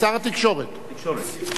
שר התקשורת, התקשורת.